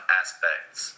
aspects